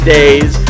days